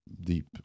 deep